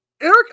Eric